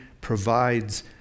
provides